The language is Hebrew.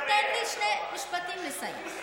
שמשרד הספורט יתרכז בספורט,